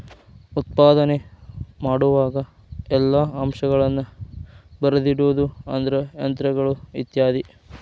ಉತ್ಪಾದನೆ ಮಾಡುವಾಗ ಎಲ್ಲಾ ಅಂಶಗಳನ್ನ ಬರದಿಡುದು ಅಂದ್ರ ಯಂತ್ರಗಳು ಇತ್ಯಾದಿ